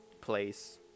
place